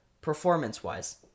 performance-wise